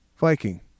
Viking